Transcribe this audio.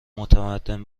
متمدن